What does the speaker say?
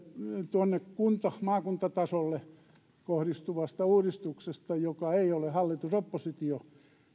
tuonne maakuntatasolle kohdistuvasta uudistuksesta joka ei ole hallitus oppositio